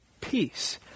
peace